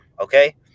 okay